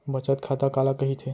बचत खाता काला कहिथे?